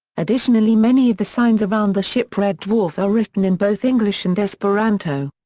additionally many of the signs around the ship red dwarf are written in both english and esperanto.